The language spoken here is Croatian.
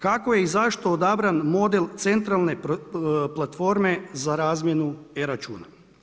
Kako je i zašto odabran model centralne platforme za razmjenu e računa?